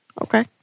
Okay